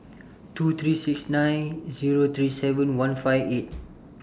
two three six nine Zero three seven one five eight